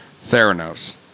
Theranos